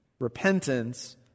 repentance